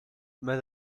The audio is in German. immer